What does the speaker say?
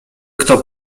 kto